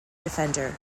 defender